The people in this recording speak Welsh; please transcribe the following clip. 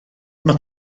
mae